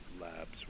labs